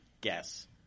guess